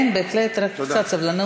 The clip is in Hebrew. כן, בהחלט, רק קצת סבלנות.